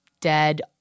dead